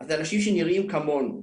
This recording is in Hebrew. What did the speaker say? אז זה אנשים שנראים כמונו,